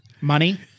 money